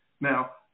now